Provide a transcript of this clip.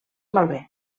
malbé